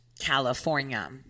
California